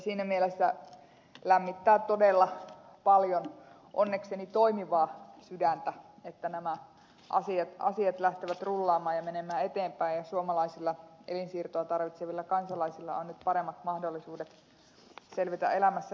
siinä mielessä lämmittää todella paljon onnekseni toimivaa sydäntä että nämä asiat lähtevät rullaamaan ja menemään eteenpäin ja suomalaisilla elinsiirtoa tarvitsevilla kansalaisilla on nyt paremmat mahdollisuudet selvitä elämässään eteenpäin